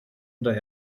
oder